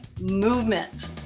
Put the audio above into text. Movement